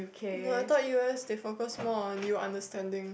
no I thought u_s they focus more on you understanding